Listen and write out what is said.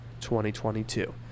2022